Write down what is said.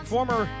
Former